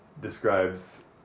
describes